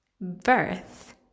birth